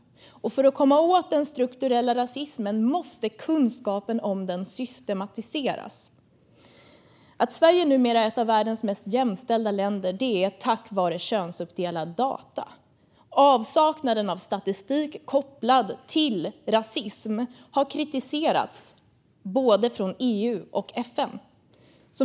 För att komma åt den strukturella rasismen måste kunskapen om den systematiseras. Att Sverige numera är ett av världens mest jämställda länder är tack vare könsuppdelade data. Avsaknaden av statistik kopplad till rasism har kritiserats från både EU och FN.